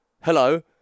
hello